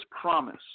promise